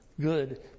good